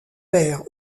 père